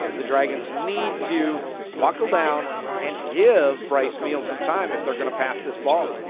the dragons need to buckle down and give bryce meehl some time if they are going to pass this ball.